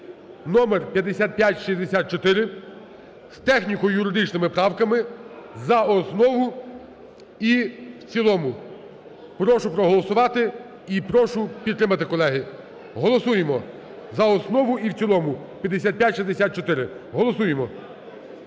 (номер 5564) з техніко-юридичними правками за основу і в цілому. Прошу проголосувати і прошу підтримати, колеги. Голосуємо за основу і в цілому 5564. Голосуємо.